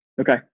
Okay